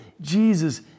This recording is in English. Jesus